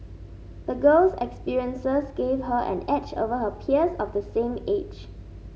the girl's experiences gave her an edge over her peers of the same age